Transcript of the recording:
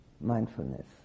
mindfulness